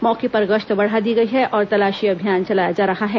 मौके पर गश्त बढ़ा दी गई है और तलाशी अभियान चलाया जा रहा है